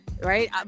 Right